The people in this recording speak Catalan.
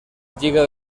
lliga